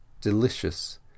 delicious